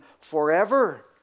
forever